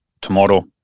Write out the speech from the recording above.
tomorrow